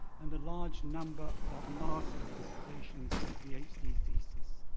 and a large number of master's dissertations and phd thesis.